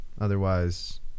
Otherwise